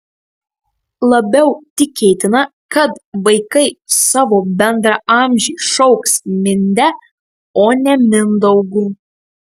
labiau tikėtina kad vaikai savo bendraamžį šauks minde o ne mindaugu